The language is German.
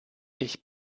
ich